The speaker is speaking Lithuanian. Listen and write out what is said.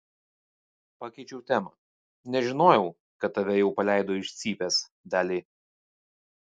pakeičiau temą nežinojau kad tave jau paleido iš cypės dali